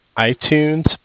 iTunes